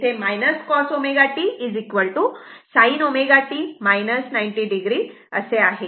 इथे हे cos ω t sin ω t 90 o असे आहे